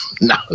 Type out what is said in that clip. No